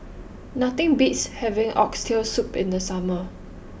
nothing beats having Oxtail Soup in the summer